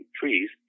trees